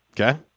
Okay